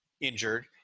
injured